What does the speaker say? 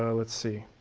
ah let's see.